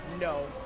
no